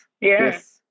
Yes